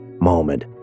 moment